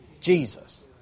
Jesus